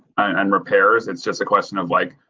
and repairs, it's just a question of, like,